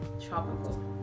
tropical